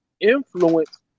influence